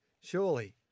surely